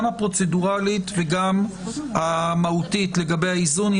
גם הפרוצדורלית וגם המהותית לגבי האיזון,